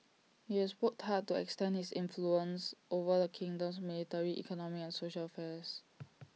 he has worked hard to extend his influence over the kingdom's military economic and social affairs